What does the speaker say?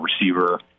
receiver